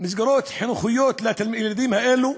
מסגרות חינוכיות לילדים האלו?